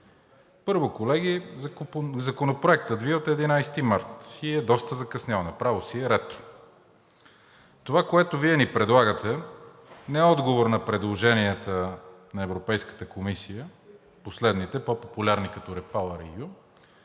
Първо, колеги, Законопроектът Ви е от 11 март и е доста закъснял, направо си е ретро. Това, което Вие ни предлагате, не е отговор на предложенията на Европейската комисия – последните, по популярни като Repair yоu,